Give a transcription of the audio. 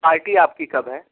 party آپ کی کب ہے